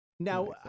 Now